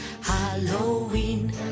Halloween